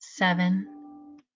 seven